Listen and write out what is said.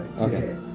okay